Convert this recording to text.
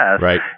right